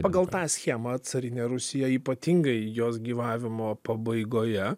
pagal tą schemą carinė rusija ypatingai jos gyvavimo pabaigoje